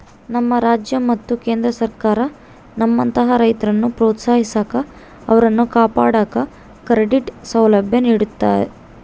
ನಮ್ಮ ರಾಜ್ಯ ಮತ್ತು ಕೇಂದ್ರ ಸರ್ಕಾರ ನಮ್ಮಂತಹ ರೈತರನ್ನು ಪ್ರೋತ್ಸಾಹಿಸಾಕ ಅವರನ್ನು ಕಾಪಾಡಾಕ ಕ್ರೆಡಿಟ್ ಸೌಲಭ್ಯ ನೀಡುತ್ತಿದ್ದಾರೆ